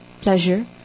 pleasure